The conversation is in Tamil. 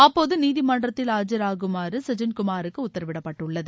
அப்போது நீதிமன்றத்தில் ஆஜராகுமாறு குமாருக்கு உத்தரவிடப்பட்டுள்ளது